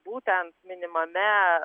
būtent minimame